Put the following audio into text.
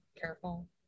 careful